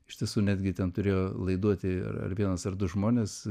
iš tiesų netgi ten turėjo laiduoti ar ar vienas ar du žmonės